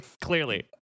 Clearly